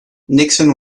nixon